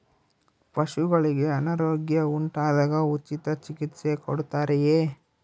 ಪಶುಗಳಿಗೆ ಅನಾರೋಗ್ಯ ಉಂಟಾದಾಗ ಉಚಿತ ಚಿಕಿತ್ಸೆ ಕೊಡುತ್ತಾರೆಯೇ?